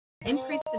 increase